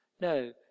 No